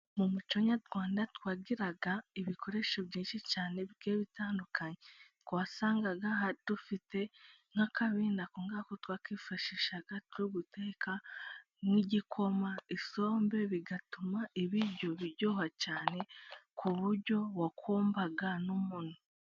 Mu muco nyarwanda twagiraga ibikoresho byinshi cyane bigiye bitandukanye, twasangaga dufite nk'akabindi. Ako ngako twakwifashishaga turi guteka nk'igikoma, isombe. Bigatuma ibiryo biryoha cyane ku buryo wakombaga n'umunwa.